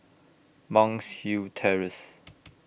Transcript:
Monk's Hill Terrace